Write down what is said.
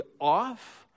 off